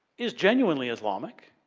is genuinely islamic,